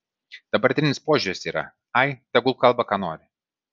dabartinis požiūris yra ai tegul kalba ką nori